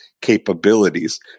capabilities